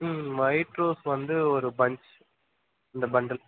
ம் white rose வந்து ஒரு பஞ்ச் இந்த பண்டில்